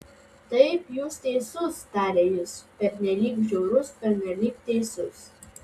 taip jūs teisus tarė jis pernelyg žiaurus pernelyg teisus